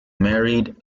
married